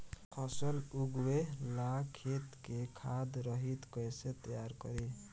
फसल उगवे ला खेत के खाद रहित कैसे तैयार करी?